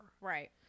Right